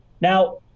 Now